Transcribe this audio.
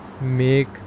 make